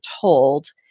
told